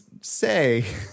say